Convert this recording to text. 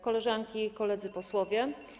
Koleżanki i Koledzy Posłowie!